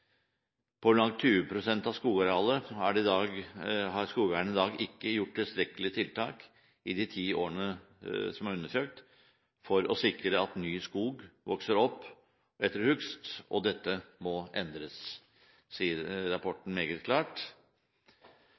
har skogeierne i de ti årene som er undersøkt, ikke gjort tilstrekkelige tiltak for å sikre at ny skog vokser opp etter hogst. Dette må endres, sier rapporten meget klart.